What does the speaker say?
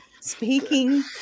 speaking